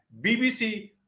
BBC